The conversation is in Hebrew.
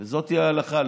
וזאת ההלכה.